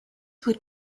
would